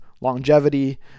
longevity